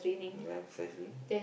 ya precisely